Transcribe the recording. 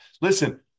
listen